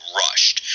rushed